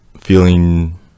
feeling